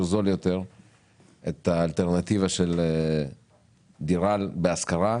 זול יותר את האלטרנטיבה של דירה להשכרה,